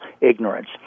ignorance